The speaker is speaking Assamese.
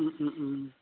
ও ও ও